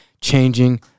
changing